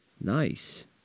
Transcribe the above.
Nice